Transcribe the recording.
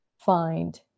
find